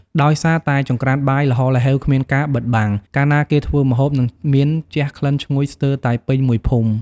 ដោយសារតែចង្រ្កានបាយល្ហល្ហេវគ្មានការបិទបាំង កាលណាគេធ្វើម្ហូប នឹងមានជះក្លិនឈ្ងុយស្ទើរតែពេញមួយភូមិ។